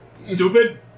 stupid